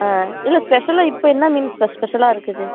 ஆ இல்லை ஸ்பெஷலாக இப்போ என்ன மீன் ஸ்பெஷ் ஸ்பெஷலாக இருக்குது